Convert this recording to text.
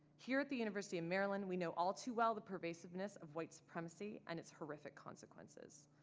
here at the university of maryland, we know all too well the pervasiveness of white supremacy and its horrific consequences.